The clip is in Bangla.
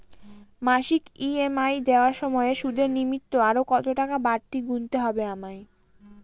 মাসিক ই.এম.আই দেওয়ার সময়ে সুদের নিমিত্ত আরো কতটাকা বাড়তি গুণতে হবে আমায়?